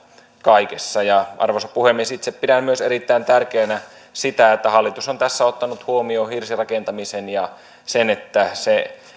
kaikessa arvoisa puhemies itse pidän myös erittäin tärkeänä sitä että hallitus on tässä ottanut huomioon hirsirakentamisen ja sen että